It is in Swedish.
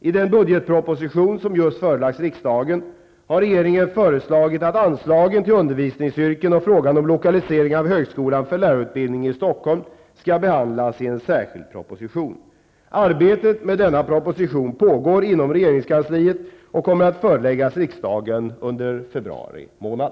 I den budgetproposition som just förelagts riksdagen har regeringen föreslagit att anslagen till undervisningsyrken och frågan om lokalisering av Högskolan för lärarutbildning i Stockholm skall behandlas i en särskild proposition. Arbetet med denna proposition pågår inom regeringskansliet och kommer att föreläggas riksdagen under februari månad.